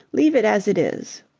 leave it as it is.